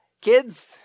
kids